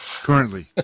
Currently